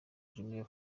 jumia